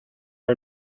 are